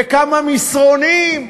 וכמה מסרונים.